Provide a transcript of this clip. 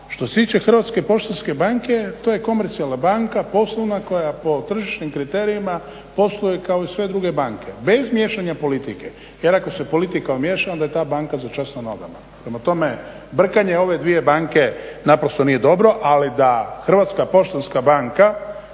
što se tiče Hrvatske poštanske banke, to je komercijalna banka poslovna koja po tržišnim kriterijima posluje kao i sve druge banke bez miješanja politike jer ako se politika umiješa onda je ta banka za čas na nogama. Prema tome, brkanje ove dvije banke naprosto nije dobro ali da Hrvatska poštanska banka